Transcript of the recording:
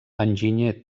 enginyer